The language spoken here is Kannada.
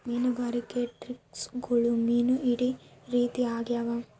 ಮೀನುಗಾರಿಕೆ ಟೆಕ್ನಿಕ್ಗುಳು ಮೀನು ಹಿಡೇ ರೀತಿ ಆಗ್ಯಾವ